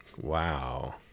wow